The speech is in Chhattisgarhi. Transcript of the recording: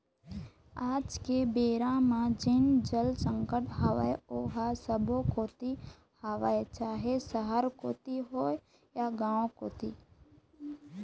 आज के बेरा म जेन जल संकट हवय ओहा सब्बो कोती हवय चाहे सहर कोती होय या गाँव कोती